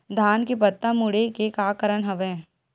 धान के पत्ता मुड़े के का कारण हवय?